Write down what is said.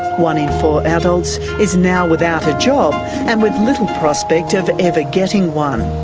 one in four adults is now without a job and with little prospect of ever getting one.